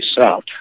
south